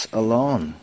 alone